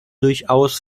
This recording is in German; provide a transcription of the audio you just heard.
durchaus